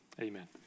Amen